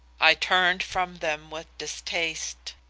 i turned from them with distaste.